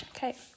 okay